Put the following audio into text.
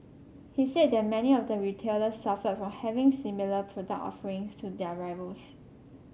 he said that many of the retailers suffered from having similar product offerings to their rivals